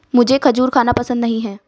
मुझें खजूर खाना पसंद नहीं है